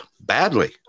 badly